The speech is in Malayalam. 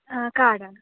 ആ കാർഡാണ്